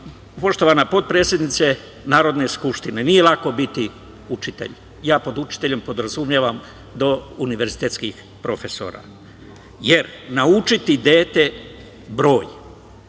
poštovana potpredsednice Narodne skupštine, nije lako biti učitelj, ja pod učiteljem podrazumevam do univerzitetskih profesora, jer naučiti dete broj,